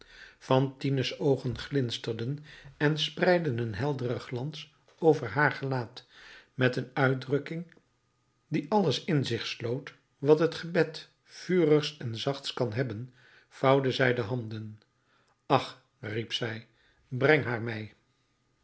fantine's oogen glinsterden en spreidden een helderen glans over haar gelaat met een uitdrukking die alles in zich sloot wat het gebed vurigst en zachtst kan hebben vouwde zij de handen ach riep zij breng haar mij